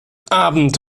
abend